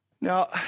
Now